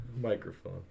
microphone